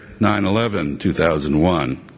9-11-2001